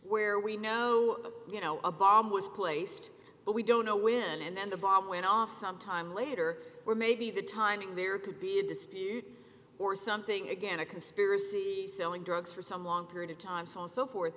where we know you know a bomb was placed but we don't know when and the bomb went off sometime later or maybe the timing there could be a dispute or something again a conspiracy selling drugs for some long period of time so so forth